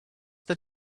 that